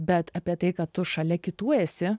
bet apie tai kad tu šalia kitų esi